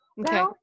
Okay